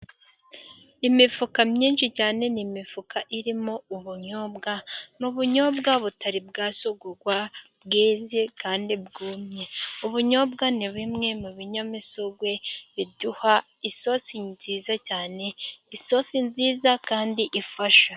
Imifuka myinshi cyane, ni imifuka irimo ubunyobwa. Ni ubunyobwa butari bwa sogorwa bweze kandi bwumye. Ubunyobwa ni bimwe mu binyamisogwe biduha isosi nziza cyane, isosi nziza kandi ifasha.